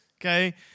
okay